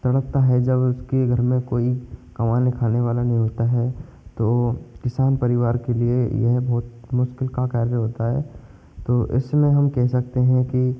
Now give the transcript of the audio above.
तड़पता है जब उसके घर में कोई कमाने खाने वाला नहीं होता है तो किसान परिवार के लिए यह बहुत मुश्किल का कार्य होता है तो इसमें हम कह सकते हैं कि